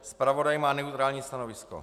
Zpravodaj má neutrální stanovisko.